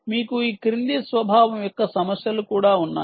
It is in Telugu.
మీకు ఈ క్రింది స్వభావం యొక్క సమస్యలు కూడా ఉన్నాయి